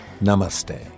Namaste